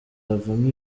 havamo